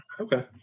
Okay